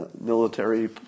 military